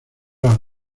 las